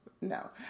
No